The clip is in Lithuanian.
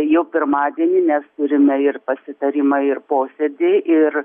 jau pirmadienį nes turime ir pasitarimą ir posėdį ir